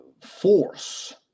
force